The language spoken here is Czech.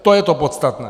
To je to podstatné.